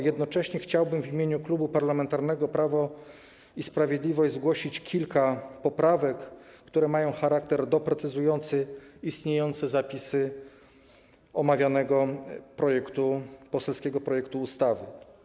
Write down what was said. Jednocześnie chciałbym w imieniu Klubu Parlamentarnego Prawo i Sprawiedliwość zgłosić kilka poprawek, które mają charakter doprecyzowujący istniejące zapisy omawianego poselskiego projektu ustawy.